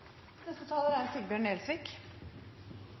Neste taler er